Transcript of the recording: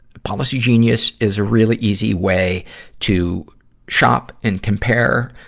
policygenius is a really easy way to shop and compare.